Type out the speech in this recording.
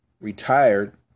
retired